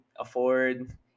afford